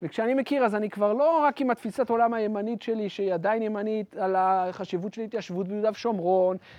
וכשאני מכיר, אז אני כבר לא רק עם התפיסת העולם הימנית שלי, שהיא עדיין ימנית, על החשיבות של התיישבות ביהודה ושומרון.